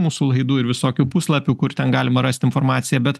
mūsų laidų ir visokių puslapių kur ten galima rast informaciją bet